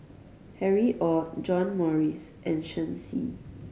Harry Ord John Morrice and Shen Xi